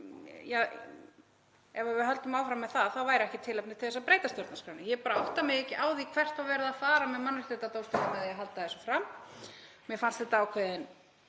ef við höldum áfram með það þá væri ekki tilefni til að breyta stjórnarskránni? Ég bara átta mig ekki á því hvert verið er að fara með Mannréttindadómstólinn með því að halda þessu fram. Mér fannst þetta ákveðin